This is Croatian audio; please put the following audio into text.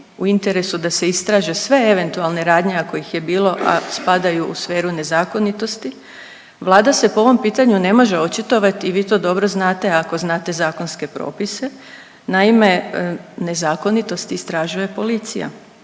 u interesu da se istraže sve eventualne radnje ako ih je bilo, a spadaju u sferu nezakonitosti, Vlada se po ovom pitanju ne može očitovati i vi to dobro znate ako znate zakonske propise. Naime, nezakonitost istražuje policija